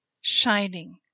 shining